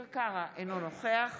אינו נוכח